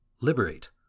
liberate